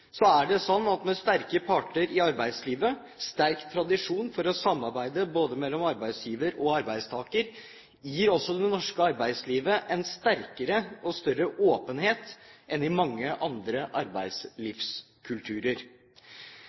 er det sånn at med sterke parter i arbeidslivet, sterk tradisjon for et samarbeid mellom arbeidsgiver og arbeidstaker, gir også det norske arbeidslivet en sterkere og større åpenhet enn mange andre arbeidslivskulturer.